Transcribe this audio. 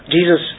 Jesus